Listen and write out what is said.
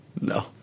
No